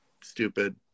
stupid